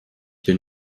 bin